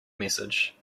message